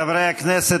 חברי הכנסת,